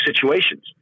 situations